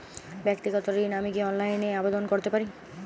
ব্যাক্তিগত ঋণ আমি কি অনলাইন এ আবেদন করতে পারি?